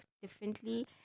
differently